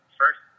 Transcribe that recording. first